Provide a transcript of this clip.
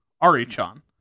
Ari-chan